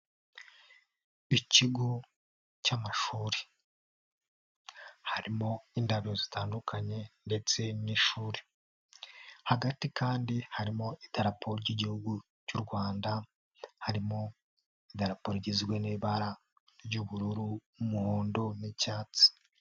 Ikigo cy'amashuri harimo indabyo zitandukanye ndetse n'ishuri, hagati kandi harimo Idarapo ry'Igihugu cy'u Rwanda, harimo idarapo rigizwe n'ibara ry'ubururu, umuhondo n'icyatsi.